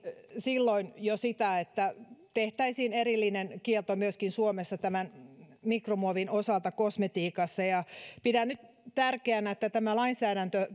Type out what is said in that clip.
silloin sitä että tehtäisiin erillinen kielto myöskin suomessa mikromuovin osalta kosmetiikassa ja pidän nyt tärkeänä että tämä lainsäädäntö